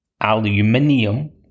aluminium